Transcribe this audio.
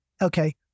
okay